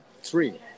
Three